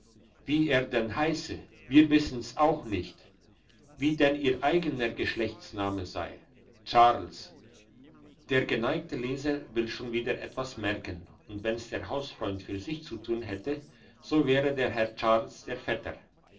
wie er denn heisse wir wissen's auch nicht wie denn ihr eigener geschlechtsname sei charles der geneigte leser will schon wieder etwas merken und wenn's der hausfreund für sich zu tun hätte so wäre der herr charles der vetter